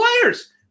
players